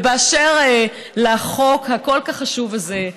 ובאשר לחוק הכל-כך חשוב הזה,